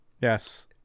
yes